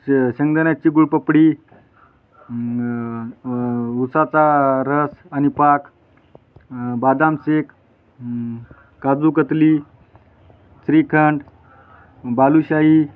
शे शेंगदाण्याची गुळपापडी ऊसाचा रस आणि पाक बदाम शेक काजू कतली श्रीखंड बालूशाही